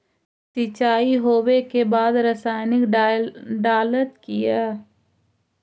सीचाई हो बे के बाद रसायनिक डालयत किया?